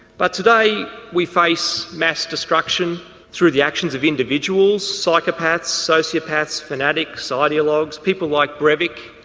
but today we face mass destruction through the actions of individuals, psychopaths, sociopaths, fanatics, ah ideologs, people like brevic,